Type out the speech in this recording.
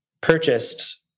purchased